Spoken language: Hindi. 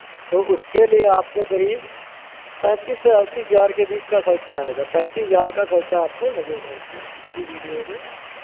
तो उसके लिए आपको करीब पैंतीस से अड़तीस हज़ार के बीच का खर्चा आएगा पैंतीस हज़ार का खर्चा आपको लगेगा इसमें एच डी वीडियो में